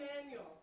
manual